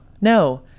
no